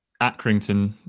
Accrington